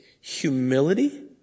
humility